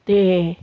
ਅਤੇ